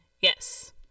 Yes